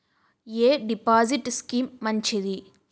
ఎ deposit scheme మంచిది?